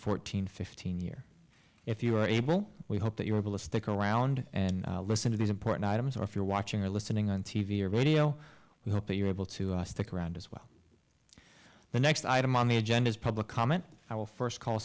fourteen fifteen year if you are able we hope that you are able to stick around and listen to these important items or if you're watching or listening on t v or radio we hope that you are able to stick around as well the next item on the agenda is public comment i will first call